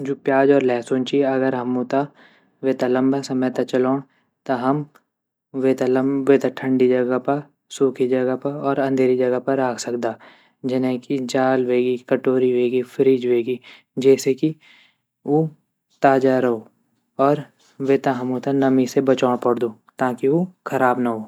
जू प्याज़ और लहसुन ची अगर हम ऊ त वेता लंबा समय त चलोण त हम वेता ठंडी जगह पा सूखी जगह पा और अंधेरी जगह पर राख़ सकदा जने की जाल वेगी कटोरी वेगी फ्रिज वेगी जे से की ऊ ताज़ा रो और वे त हमू त नमी से बचोण पड़दू ताकि ऊ ख़राब न वो।